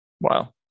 wow